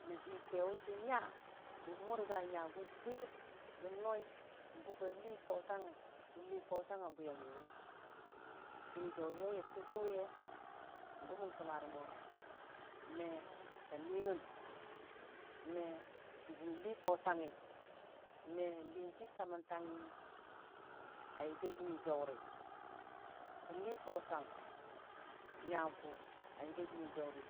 Na hii kwaiwi bən nya bʊnmure nyagʊ bwir, bənno gu ba lii tatang balii fatang nga bwi ya miwi dənniiəaurə yeya tə sʊ ye gʊ mən kəmmare mo, me ka lii mən me jən lii faurangnga mo liijii saməntangngi a yagi jənni jaurə kən lii fautang nyagʊ.